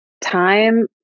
time